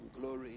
glory